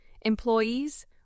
employees